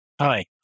Hi